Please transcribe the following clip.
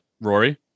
rory